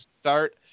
start